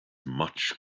much